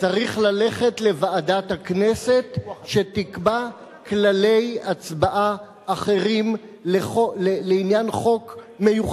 צריך ללכת לוועדת הכנסת שתקבע כללי הצבעה אחרים לעניין חוק מיוחד.